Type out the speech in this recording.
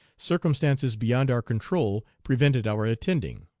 circumstances beyond our control prevented our attending.